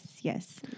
yes